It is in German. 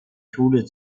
schule